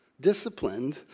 disciplined